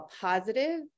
positive